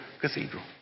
cathedral